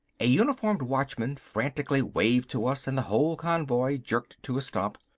a uniformed watchman frantically waved to us and the whole convoy jerked to a stop.